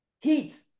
Heat